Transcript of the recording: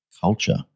culture